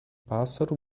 pássaro